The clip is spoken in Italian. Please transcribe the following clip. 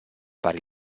fare